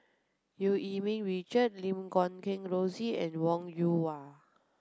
Eu Yee Ming Richard Lim Guat Kheng Rosie and Wong Yoon Wah